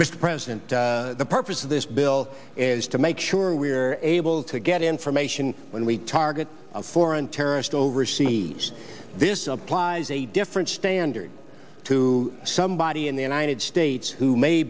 mr president the purpose of this bill is to make sure we're able to get information when we target a foreign terrorist overseas this applies a different standard to somebody in the united states who may